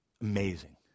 Amazing